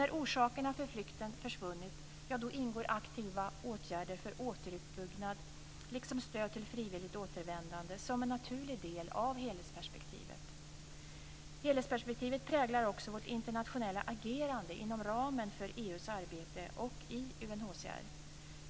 När orsakerna för flykten försvunnit ingår aktiva åtgärder för återuppbyggnad liksom stöd till frivilligt återvändande som en naturlig del av helhetperspektivet. Helhetsperspektivet präglar också vårt internationella agerande inom ramen för EU:s arbete och i UNHCR.